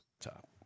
top